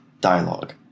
dialogue